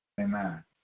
Amen